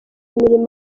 imirimo